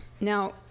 Now